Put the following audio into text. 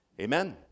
Amen